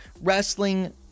wrestling